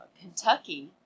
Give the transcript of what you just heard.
Kentucky